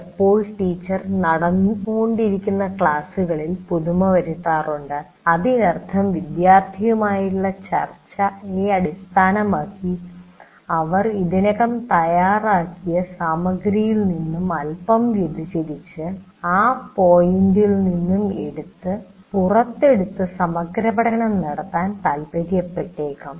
ചിലപ്പോൾ ടീച്ചർ നടന്നുകൊണ്ടിരിക്കുന്ന ക്ലാസുകളിൽ പുതുമ വരുത്താറുണ്ട് അതിനർത്ഥം വിദ്യാർത്ഥിയുമായുള്ള ചർച്ചയെ അടിസ്ഥാനമാക്കി അവർ ഇതിനകം തയാറാക്കിയ സാമഗ്രിയിൽ നിന്നും അല്പം വ്യതിചലിച്ച് ആ പോയിന്റിൽ നിന്നും ഏറ്റെടുത്ത് പുറത്തെടുത്ത് സമഗ്രപഠനം നടത്താൻ താൽപ്പര്യപ്പെട്ടേക്കാം